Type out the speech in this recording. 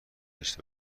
داشته